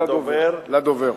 כוס מים לדובר.